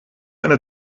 eine